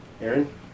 Aaron